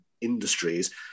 industries